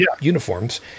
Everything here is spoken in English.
uniforms